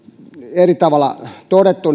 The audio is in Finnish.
eri tavalla jo todettu